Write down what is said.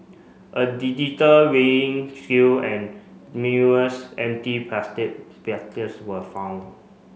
a digital weighing scale and numerous empty plastic were found